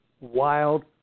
wild